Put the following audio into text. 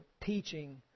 teaching